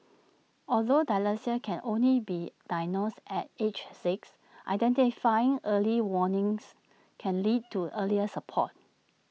although dyslexia can only be diagnosed at age six identifying early warnings can lead to earlier support